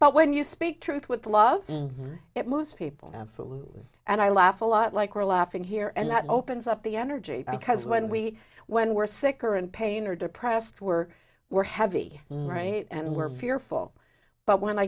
but when you speak truth with loving it most people absolutely and i laugh a lot like we're laughing here and that opens up the energy because when we when we're sick or in pain or depressed we're were heavy right and we're fearful but when i